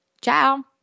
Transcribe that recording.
Ciao